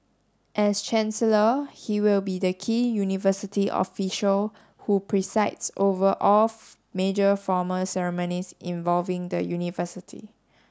as chancellor he will be the key university official who presides over off major formal ceremonies involving the university